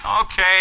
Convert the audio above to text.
Okay